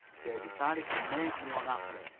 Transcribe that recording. they decided to make me unhappy